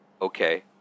okay